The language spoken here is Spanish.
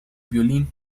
violín